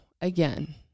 again